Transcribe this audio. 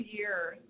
years